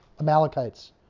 Amalekites